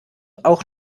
auch